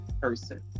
person